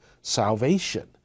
salvation